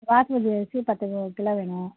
பாஸ்மதி அரிசி பத்து கிலோ வேணும்